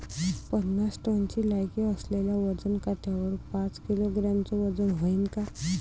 पन्नास टनची लायकी असलेल्या वजन काट्यावर पाच किलोग्रॅमचं वजन व्हईन का?